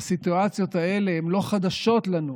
הסיטואציות הללו אינן חדשות לנו.